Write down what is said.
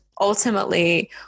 ultimately